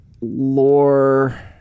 Lore